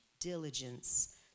diligence